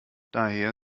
daher